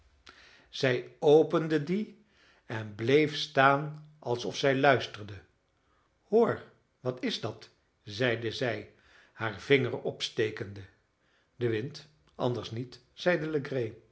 zij opende die en bleef staan alsof zij luisterde hoor wat is dat zeide zij haar vinger opstekende de wind anders niet zeide